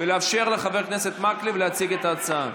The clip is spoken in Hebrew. ולאפשר לחבר הכנסת מקלב להציג את ההצעה.